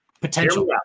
Potential